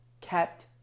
kept